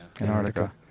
Antarctica